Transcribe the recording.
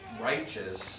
righteous